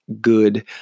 good